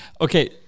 Okay